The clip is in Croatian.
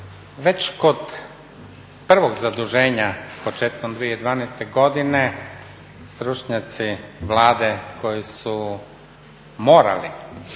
Već kod prvog zaduženja početkom 2012. godine stručnjaci Vlade koji su morali